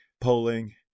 polling